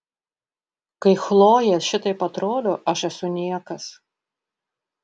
kai chlojė šitaip atrodo aš esu niekas